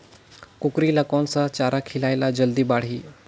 कूकरी ल कोन सा चारा खिलाय ल जल्दी बाड़ही?